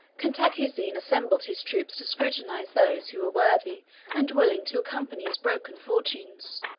cantacuzene assembled his troops to scrutinize those who were worthy and willing to accompany his broken fortunes.